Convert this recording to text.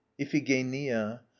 iphigenia